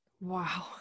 Wow